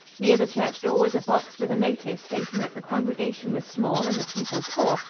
near the church door was a box with a notice stating that the congregation was small and the people poor,